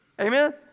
Amen